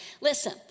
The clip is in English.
Listen